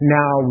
now